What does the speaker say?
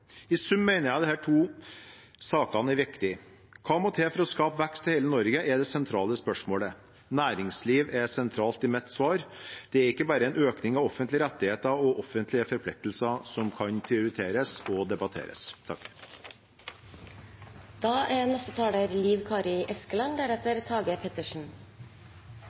I sum mener jeg disse to sakene er viktige. Hva må til for å skape vekst i hele Norge, er det sentrale spørsmålet. Næringsliv er sentralt i mitt svar. Det er ikke bare en økning av offentlige rettigheter og offentlige forpliktelser som kan prioriteres og debatteres. Skremmebiletet opposisjonen har teikna her no i to dagar, er